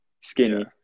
skinny